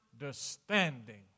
understanding